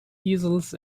easels